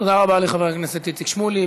תודה רבה לחבר הכנסת איציק שמולי.